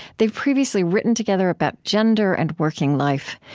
they've previously written together about gender and working life.